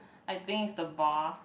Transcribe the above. I think is the bar